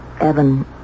Evan